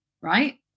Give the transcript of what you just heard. Right